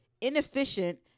inefficient